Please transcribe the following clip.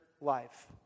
life